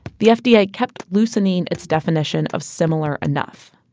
the fda yeah kept loosening it's definition of similar enough.